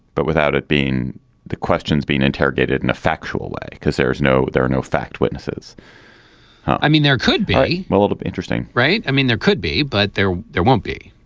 but without it being the questions being interrogated in effect. way because there is no there are no fact witnesses i mean, there could be a lot of interesting. right. i mean, there could be, but there there won't be.